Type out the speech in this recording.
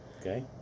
Okay